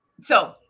So-